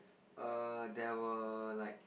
err there were like